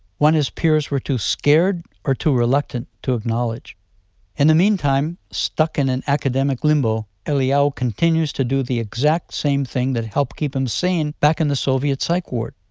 one his peers were too scared, or too reluctant to acknowledge in the meantime, stuck in an academic limbo, eliyahu continues to do the exact same thing that helped keep him sane back in the soviet psych ward.